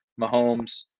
Mahomes